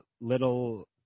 little